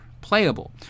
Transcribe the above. playable